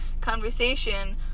conversation